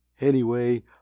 Anyway